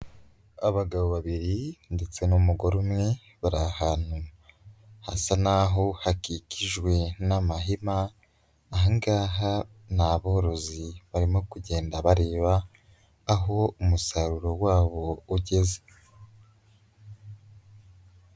Abagabo babiri ndetse n'umugore umwe, bari ahantu hasa naho hakikijwe n'amahema, aha ngaha ni aborozi barimo kugenda bareba aho umusaruro wabo ugeze.